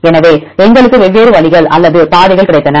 எனவே எங்களுக்கு வெவ்வேறு வழிகள் அல்லது பாதைகள் கிடைத்தன